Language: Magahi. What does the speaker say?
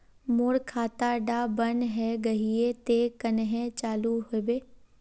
मोर खाता डा बन है गहिये ते कन्हे चालू हैबे?